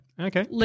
Okay